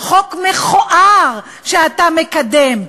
במראה ולראות עד כמה מכוער חוק ההדחה שראש הממשלה מקדם.